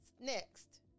next